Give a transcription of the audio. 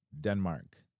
Denmark